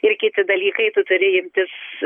ir kiti dalykai tu turi imtis